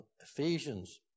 Ephesians